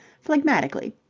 phlegmatically,